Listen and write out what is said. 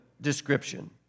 description